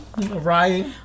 Right